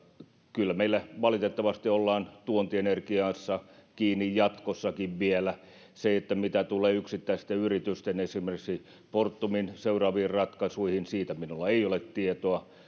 kyllä meillä valitettavasti ollaan tuontienergiassa kiinni jatkossakin vielä siitä mitä tulee yksittäisten yritysten esimerkiksi fortumin seuraaviin ratkaisuihin minulla ei ole tietoa